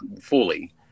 fully